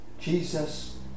Jesus